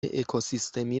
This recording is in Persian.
اکوسیستمی